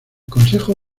consejo